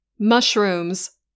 Mushrooms